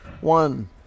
One